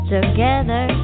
Together